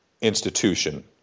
institution